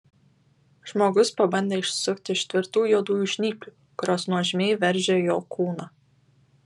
žmogus pabandė išsisukti iš tvirtų juodųjų žnyplių kurios nuožmiai veržė jo kūną